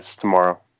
tomorrow